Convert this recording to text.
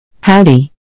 Howdy